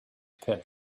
pit